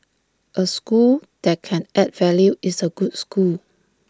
A school that can add value is A good school